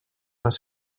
les